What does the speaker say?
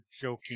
joking